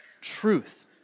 truth